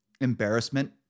embarrassment